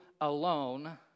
alone